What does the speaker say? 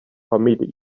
familj